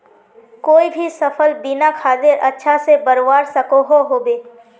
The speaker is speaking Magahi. कोई भी सफल बिना खादेर अच्छा से बढ़वार सकोहो होबे?